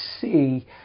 see